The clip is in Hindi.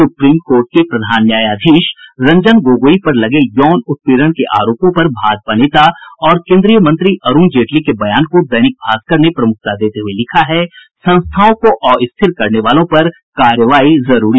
सुप्रीम कोर्ट के प्रधान न्यायाधीश रंजन गोगोई पर लगे यौन उत्पीड़न के आरोपों पर भाजपा नेता और केन्द्रीय मंत्री अरूण जेटली के बयान को दैनिक भास्कर ने प्रमुखता देते हुये लिखा है संस्थाओं को अस्थिर करने वालों पर कार्रवाई जरूरी